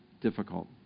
difficult